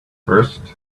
first